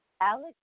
Alex